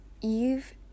eve